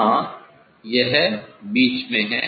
हां यह बीच में है